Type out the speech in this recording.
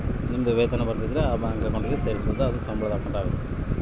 ಇರ bank account ನ ಸಂಬಳದ್ ಅಕೌಂಟ್ ಮಾಡ್ಸೋದ ಅಂತ